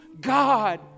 God